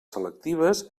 selectives